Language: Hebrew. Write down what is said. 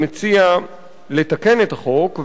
מציע לתקן את החוק,